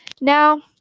Now